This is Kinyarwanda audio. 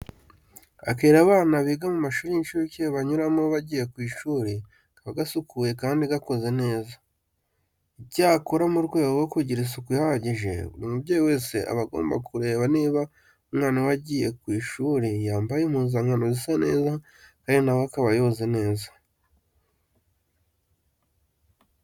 Akayira abana biga mu mashuri y'incuke banyuramo bagiye ku ishuri kaba gasukuye kandi gakoze neza. Icyakora mu rwego rwo kugira isuku ihagije, buri mubyeyi wese aba agomba kureba niba umwana we agiye ku ishuri yambaye impuzankano zisa neza kandi na we akaba yoze neza.